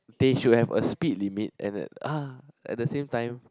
they should have a speed limit and then uh at the same time